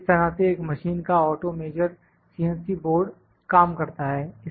इस तरह से एक मशीन का ऑटो मेजरड CNC बोर्ड काम करता है